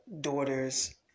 daughter's